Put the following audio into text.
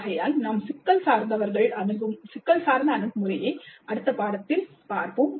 ஆகையால் நாம் சிக்கல் சார்ந்தவர்கள் அணுகுமுறையை அடுத்த பாடத்தில் பார்ப்போம்